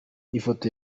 ifoto